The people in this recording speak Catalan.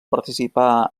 participar